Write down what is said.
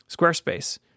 Squarespace